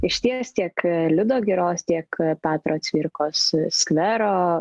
išties tiek liudo giros tiek petro cvirkos skvero